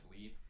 leave